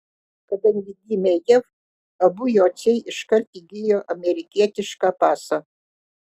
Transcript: kadangi gimė jav abu jociai iškart įgijo amerikietišką pasą